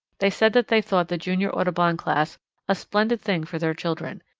they said that they thought the junior audubon class a splendid thing for their children.